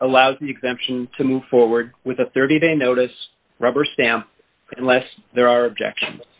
it allows the exemption to move forward with a thirty day notice rubberstamp unless there are objection